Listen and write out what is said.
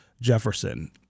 Jefferson